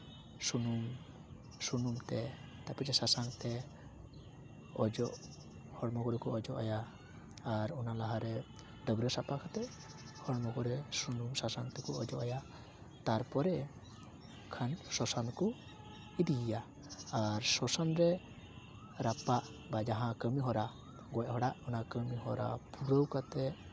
ᱥᱩᱱᱩᱢ ᱥᱩᱱᱩᱢ ᱛᱮ ᱛᱟᱨᱯᱚᱨᱮ ᱫᱚ ᱥᱟᱥᱟᱝ ᱛᱮ ᱚᱡᱚᱜ ᱦᱚᱲᱢᱚ ᱠᱚᱨᱮ ᱠᱚ ᱚᱡᱚᱜ ᱟᱭᱟ ᱟᱨ ᱚᱱᱟ ᱞᱟᱦᱟᱨᱮ ᱰᱟᱹᱵᱽᱨᱟᱹ ᱥᱟᱯᱷᱟ ᱠᱟᱛᱮᱫ ᱦᱚᱲᱢᱚ ᱠᱚᱨᱮᱫ ᱥᱩᱱᱩᱢ ᱥᱟᱥᱟᱝ ᱛᱮᱠᱚ ᱚᱡᱚᱜ ᱟᱭᱟ ᱛᱟᱨᱯᱚᱨᱮ ᱠᱷᱟᱱ ᱥᱚᱥᱟᱱ ᱠᱚ ᱤᱫᱤᱭᱮᱭᱟ ᱟᱨ ᱥᱚᱥᱟᱱ ᱨᱮ ᱨᱟᱯᱟᱜ ᱵᱟ ᱠᱟᱹᱢᱤᱦᱚᱨᱟ ᱜᱚᱡ ᱦᱚᱲᱟᱜ ᱚᱱᱟ ᱠᱟᱹᱢᱤᱦᱚᱨᱟ ᱯᱩᱨᱟᱹᱣ ᱠᱟᱛᱮᱫ